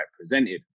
represented